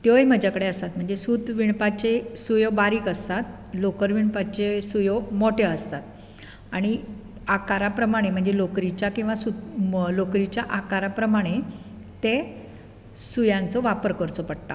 त्योय म्हाज्या कडे आसात म्हणजे सूत विणपाची सुयो बारीक आसतात लोकर विणपाच्यो सुयो मोठ्यो आसतात आना आकारा प्रमाणे म्हणजे लोकरिच्या किंवा सूत लोकरिच्या आकारा प्रमाणे ते सुयांचो वापर करचो पडटा